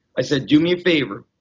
i said, do me a favor,